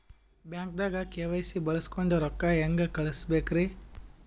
ಬ್ಯಾಂಕ್ದಾಗ ಕೆ.ವೈ.ಸಿ ಬಳಸ್ಕೊಂಡ್ ರೊಕ್ಕ ಹೆಂಗ್ ಕಳಸ್ ಬೇಕ್ರಿ?